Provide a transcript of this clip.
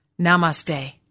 Namaste